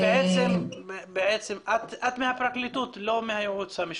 את מהפרקליטות, נכון?